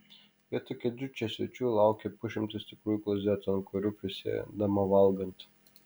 vietoj kėdžių čia svečių laukia pusšimtis tikrų klozetų ant kurių prisėdama valgant